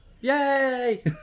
Yay